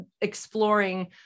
exploring